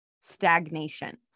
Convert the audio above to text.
stagnation